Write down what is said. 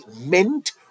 meant